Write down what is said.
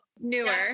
Newer